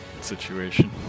situation